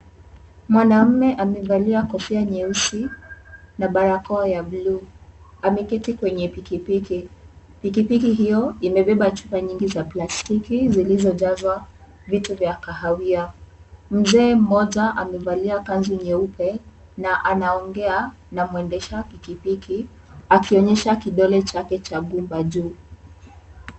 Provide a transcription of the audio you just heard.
Mwanamume amevalia kofia nyeusi na barakoa ya bluu. Ameketi kwenye pikipiki. Pikipiki hiyo imebeba chupa nyingi za plastiki zilizojazwa vitu vya kahawia. Mzee mmoja amevalia kanzu nyeupe na anaongea na mwendesha pikipiki akionyesha kidole chake cha gumba juu.